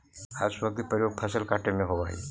हसुआ के प्रयोग फसल के काटे में होवऽ हई